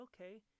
okay